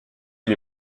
les